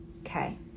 Okay